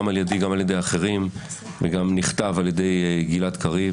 גם על ידי וגם על ידי אחרים וגם נכתב על ידי גלעד קריב,